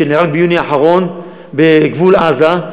שנהרג ביוני האחרון בגבול עזה.